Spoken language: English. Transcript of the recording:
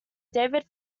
david